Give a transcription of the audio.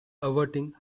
averting